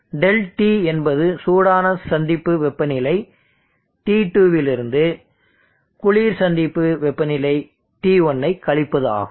Δt என்பது சூடான சந்திப்பு வெப்பநிலை T2 லிருந்து குளிர் சந்திப்பு வெப்பநிலை T1 வை கழிப்பது ஆகும்